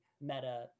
meta